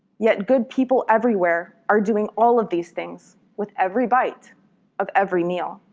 yet good people everywhere are doing all of these things with every bite of every meal.